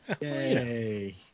yay